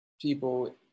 people